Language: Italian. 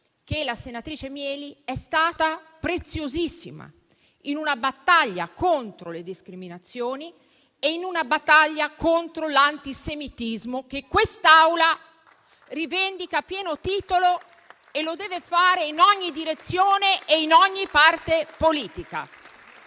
che la senatrice Mieli è stata preziosissima in una battaglia contro le discriminazioni e in una battaglia contro l'antisemitismo che questa Assemblea rivendica a pieno titolo e lo deve fare in ogni direzione e in ogni parte politica.